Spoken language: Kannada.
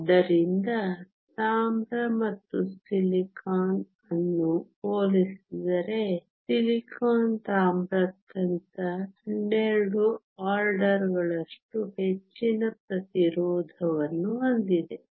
ಆದ್ದರಿಂದ ತಾಮ್ರ ಮತ್ತು ಸಿಲಿಕಾನ್ ಅನ್ನು ಹೋಲಿಸಿದರೆ ಸಿಲಿಕಾನ್ ತಾಮ್ರಕ್ಕಿಂತ 12 ಆರ್ಡರ್ಗಳಷ್ಟು ಹೆಚ್ಚಿನ ಪ್ರತಿರೋಧವನ್ನು ಹೊಂದಿದೆ